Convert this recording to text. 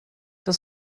das